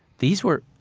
these were,